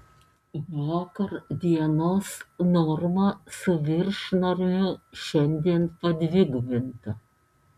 vakar dienos norma su viršnormiu šiandien padvigubinta